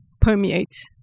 permeates